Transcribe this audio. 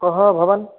कः भवान्